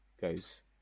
goes